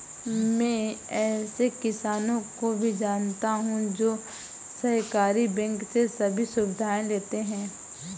मैं ऐसे किसानो को भी जानता हूँ जो सहकारी बैंक से सभी सुविधाएं लेते है